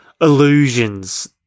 illusions